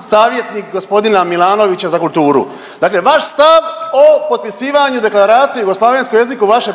savjetnik gospodina Milanovića za kulturu. Dakle, vaš stav o potpisivanju Deklaracije o jugoslavenskom jeziku vaše